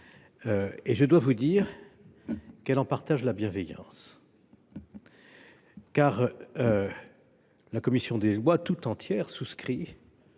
et je dois vous dire qu’elle en partage la bienveillance. En effet, la commission des lois tout entière souscrit